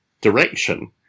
direction